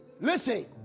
Listen